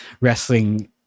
wrestling